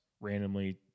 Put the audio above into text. randomly